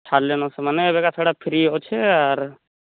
ଛାଡ଼ିଲେଣି ସେମାନେ ଏବେତ ସେଟା ଫ୍ରି ଅଛି ଆର